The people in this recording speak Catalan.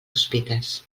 sospites